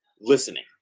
listening